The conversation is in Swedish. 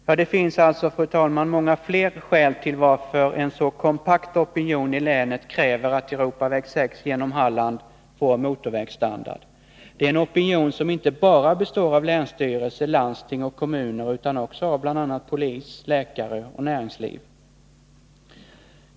Ja, det finns alltså, fru talman, många flera skäl till att en så kompakt opinion i länet kräver att Europaväg 6 genom Halland får motorvägsstandard. Det är en opinion som inte bara består av länsstyrelse, landsting och kommuner utan också av bl.a. polis, läkare och näringsliv.